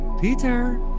Peter